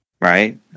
Right